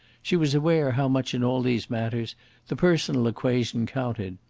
she was aware how much in all these matters the personal equation counted.